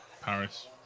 Paris